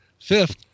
Fifth